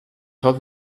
told